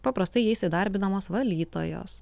paprastai jais įdarbinamos valytojos